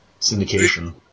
syndication